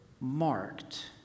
marked